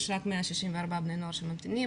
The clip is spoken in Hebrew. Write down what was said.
יש רק 164 בני נוער שממתינים,